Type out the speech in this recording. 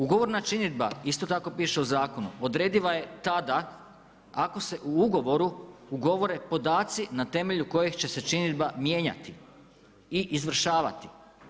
Ugovorna činidba isto tako piše u zakonu, odrediva je tada ako se u ugovoru ugovore podaci na temelju kojih će se činidba mijenjati i izvršavati.